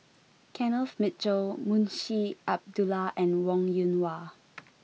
Kenneth Mitchell Munshi Abdullah and Wong Yoon Wah